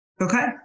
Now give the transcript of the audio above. Okay